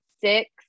six